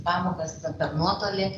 pamokas per nuotolį